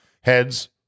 heads